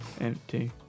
empty